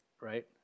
right